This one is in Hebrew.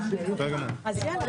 תודה רבה,